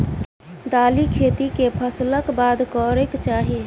दालि खेती केँ फसल कऽ बाद करै कऽ चाहि?